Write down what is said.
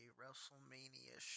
Wrestlemania